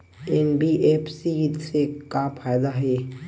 NBFC से का फ़ायदा हे?